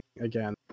again